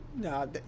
No